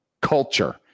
culture